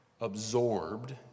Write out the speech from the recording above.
absorbed